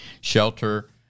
shelter